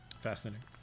Fascinating